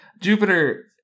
Jupiter